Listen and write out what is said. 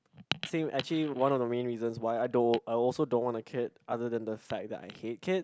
same actually one of the main reasons why I don't I also don't want to have a kid other than the fact that I hate kid